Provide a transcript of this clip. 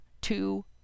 two